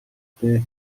дээ